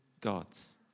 God's